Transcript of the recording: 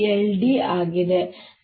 d ಆಗಿದೆ